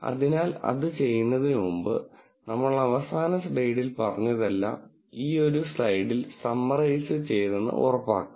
അതിനാൽ അത് ചെയ്യുന്നതിന് മുമ്പ് നമ്മൾ അവസാന സ്ലൈഡിൽ പറഞ്ഞതെല്ലാം ഈ ഒരു സ്ലൈഡിൽ സമ്മറൈസ് ചെയ്തെന്ന് ഉറപ്പാക്കാം